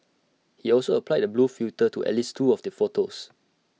he also applied A blue filter to at least two of the photos